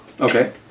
Okay